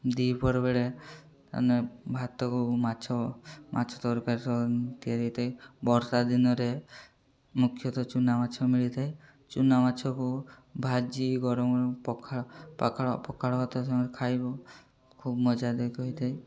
ଦ୍ୱିପ୍ରହର ବେଳେ ଭାତକୁ ମାଛ ମାଛ ତରକାରୀ ସହ ତିଆରି ହୋଇଥାଏ ବର୍ଷା ଦିନରେ ମୁଖ୍ୟତଃ ଚୂନାମାଛ ମିଳିଥାଏ ଚୁନା ମାଛକୁ ଭାଜି ଗରମ ପଖାଳ ଖାଇବୁ ଖୁବ୍ ମଜା ହୋଇଥାଏ